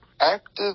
active